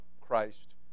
Christ